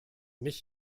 nicht